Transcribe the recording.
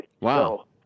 Wow